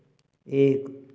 एक